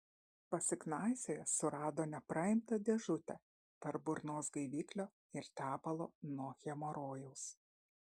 pasiknaisiojęs surado nepraimtą dėžutę tarp burnos gaiviklio ir tepalo nuo hemorojaus